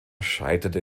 scheiterte